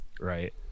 right